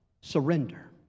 surrender